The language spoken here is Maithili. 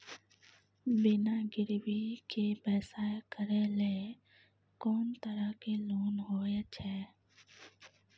बिना गिरवी के व्यवसाय करै ले कोन तरह के लोन होए छै?